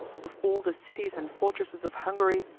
of all the cities and fortresses of hungary,